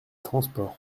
transport